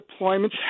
deployments